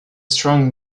strong